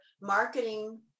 marketing